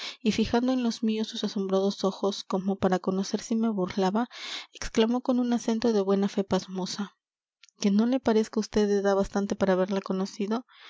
y fijando en los míos sus asombrados ojos como para conocer si me burlaba exclamó con un acento de buena fe pasmosa que no le parezco á usted de edad bastante para haberla conocido